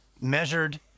measured